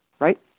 right